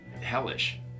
hellish